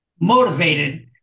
motivated